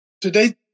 Today